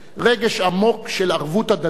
רגש עמוק של ערבות הדדית